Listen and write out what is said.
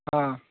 હા